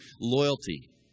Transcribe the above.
loyalty